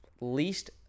least